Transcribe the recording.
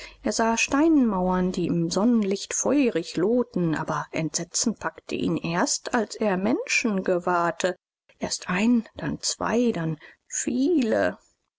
er sah steinmauern die im sonnenlicht feurig lohten aber entsetzen packte ihn erst als er menschen gewahrte erst einen dann zwei dann viele